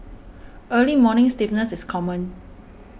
early morning stiffness is common